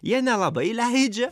jie nelabai leidžia